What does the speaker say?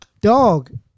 Dog